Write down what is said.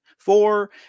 Four